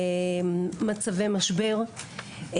מצבי משבר,